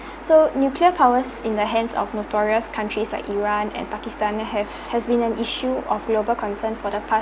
so nuclear powers in the hands of notorious countries like iran and pakistan have has been an issue of global concern for the